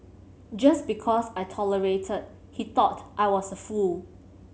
just because I tolerated he thought I was a fool